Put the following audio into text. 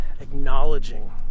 acknowledging